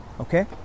Okay